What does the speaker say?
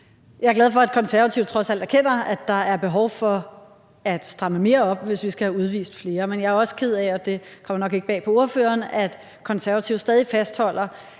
Jeg er glad for, at Konservative trods alt erkender, at der er behov for at stramme mere op, hvis vi skal have udvist flere, men jeg er også ked af, og det kommer